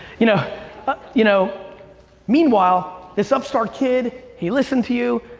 you know but you know meanwhile, this upstart kid, he listened to you,